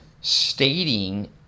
stating